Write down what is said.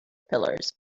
pillars